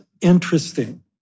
interesting